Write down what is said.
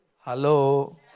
Hello